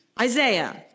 Isaiah